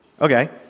Okay